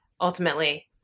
ultimately